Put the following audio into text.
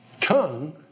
tongue